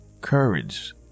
Courage